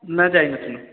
ନା ଯାଇ ନଥିଲୁ